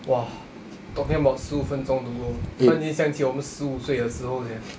!wah! talking about 十五分钟 to go 突然间想起我们十五岁的时候 sia